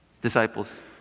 disciples